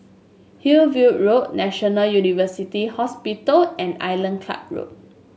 Hillview Road National University Hospital and Island Club Road